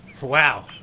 Wow